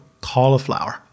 cauliflower